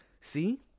see